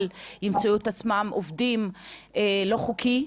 ימצאו את עצמם עובדים באופן לא חוקי,